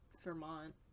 Vermont